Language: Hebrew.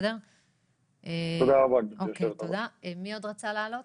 מי עוד רצה לעלות?